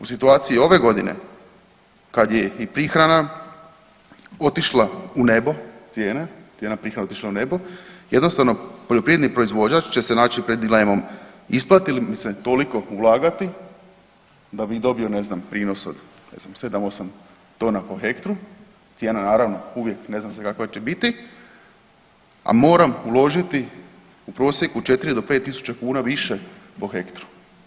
U situaciji ove godine, kad je i prihrana otišla u nebo cijene, cijena prihrane otišla u nebo jednostavno poljoprivredni proizvođač se naći pred dilemom, isplati li mi se toliko ulagati da bih dobio ne znam prinos od ne znam 7-8 tona po hektru, cijena naravno uvijek ne zna se kakva će biti, a moram uložiti u prosjeku 4 do 5 tisuća kuna više po hektru.